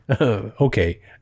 Okay